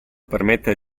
permettere